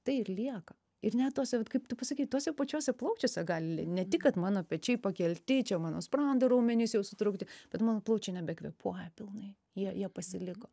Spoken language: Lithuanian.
tai ir lieka ir net tuose vat kaip tu pasakei tuose pačiose plaučiuose gali ne tik kad mano pečiai pakelti čia mano sprando raumenys jau sutraukti bet mano plaučiai nebekvėpuoja pilnai jie pasiliko